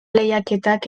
lehiaketak